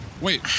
wait